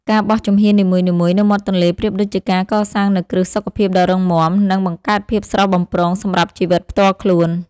ការបោះជំហាននីមួយៗនៅមាត់ទន្លេប្រៀបដូចជាការកសាងនូវគ្រឹះសុខភាពដ៏រឹងមាំ និង បង្កើតភាពស្រស់បំព្រងសម្រាប់ជីវិតផ្ទាល់ខ្លួន។